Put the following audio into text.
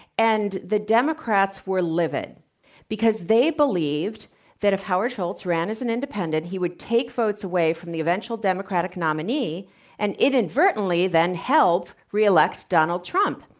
and the democrats were livid because they believed that if howard schultz ran as an independent, he would take votes away from the eventual democratic nominee and inadvertently then helped reelect donald trump.